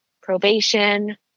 probation